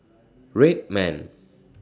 Red Man